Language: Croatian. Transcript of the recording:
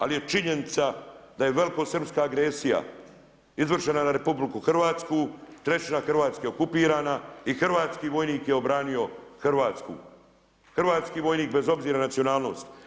Ali je činjenica da je velikosrpska agresija izvršena na RH, trećina Hrvatske okupirana i hrvatski vojnik je obranio Hrvatsku, hrvatski vojnih bez obzira na nacionalnost.